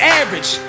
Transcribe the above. average